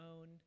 own